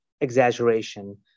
exaggeration